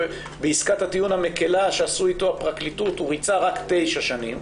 שבעסקת הטיעון המקלה שעשתה אתו הפרקליטות הוא ריצה רק 9 שנים.